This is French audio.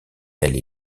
elle